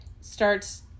starts